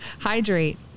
Hydrate